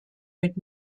mit